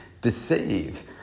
deceive